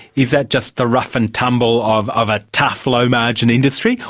is that just the rough and tumble of of a tough low margin industry,